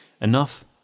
enough